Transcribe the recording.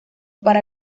para